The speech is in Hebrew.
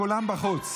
עכשיו כולם בחוץ.